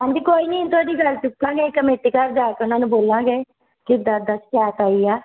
ਹਾਂਜੀ ਕੋਈ ਨਹੀਂ ਅਸੀਂ ਤੁਹਾਡੀ ਗੱਲ ਚੁੱਕਾਂਗੇ ਕਮੇਟੀ ਘਰ ਜਾ ਕੇ ਉਹਨਾਂ ਨੂੰ ਬੋਲਾਂਗੇ ਕਿ ਇੱਦਾ ਇੱਦਾ ਕਿਆ ਸਹੀ ਆ